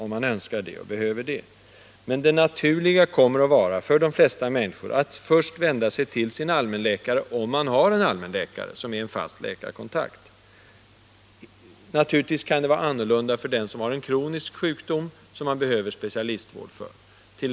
Men för de flesta människor kommer det naturliga att vara att först vända sig till sin allmänläkare — om man har en allmänläkare som fast läkarkontakt. Naturligtvis ställer det sig annorlunda för den som har en kronisk sjukdom som han behöver specialistvård för.